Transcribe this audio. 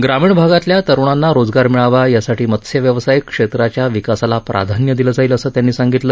ग्रामीण भागातल्या तरुणांना रोजगार मिळावा यासाठी मत्स्य व्यवसाय क्षेत्राच्या विकासाला प्राध्यान्य दिलं जाईल असं त्यांनी सांगितलं